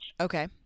Okay